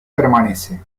permanece